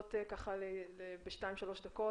לנסות ב-2-3 דקות,